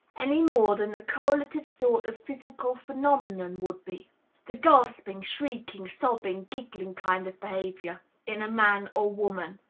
any more than the correlative sort of physical phenomenon would be the gasping, shrieking, sobbing, giggling kind of behavior in a man or woman.